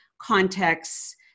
contexts